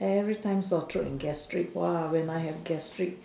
every time sore throat and gastric !wow! when I have gastric